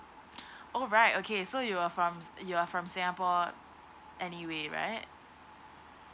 alright okay so you're from you're from singapore anyway right